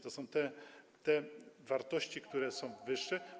To są te wartości, które są wyższe.